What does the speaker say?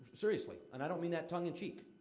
seriously and i don't mean that tongue-in-cheek.